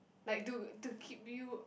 like to to keep you